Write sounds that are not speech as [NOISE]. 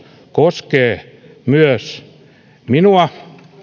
[UNINTELLIGIBLE] koskee myös minua